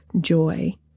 joy